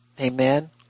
Amen